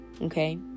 Okay